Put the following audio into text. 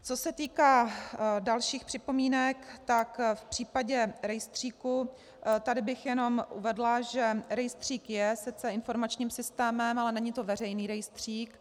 Co se týká dalších připomínek, tak v případě rejstříku bych jenom uvedla, že rejstřík je sice informačním systémem, ale není to veřejný rejstřík.